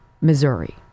Missouri